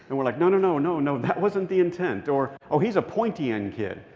and we're, like, no, no, no, no, no. that wasn't the intent. or, oh, he's a pointy-end kid.